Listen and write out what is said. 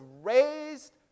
raised